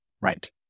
Right